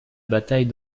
bataille